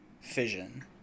fission